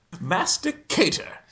Masticator